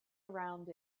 around